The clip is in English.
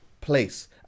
place